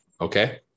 Okay